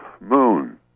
moon